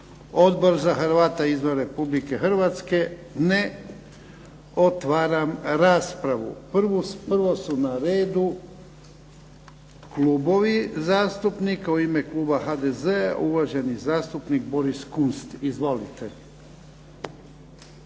Odbor za Hrvate izvan Republike Hrvatske? Ne. Otvaram raspravu. Prvo su na redu klubovi zastupnika. U ime kluba HDZ-a uvaženi zastupnik Boris Kunst. Izvolite.